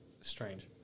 strange